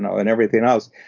and and everything else.